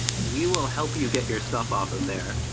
we will help you get your stuff off of there,